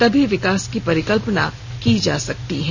तभी विकास की परिकल्पना की जा सकती है